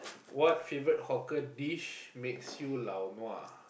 what favourite hawker dish makes you lao nua